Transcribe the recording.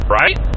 right